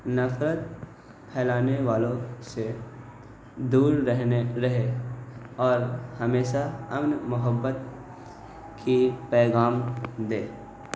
نفرت پھیلانے والوں سے دور رہنے رہے اور ہمیشہ امن محبت کی پیغام دے